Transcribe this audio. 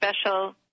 special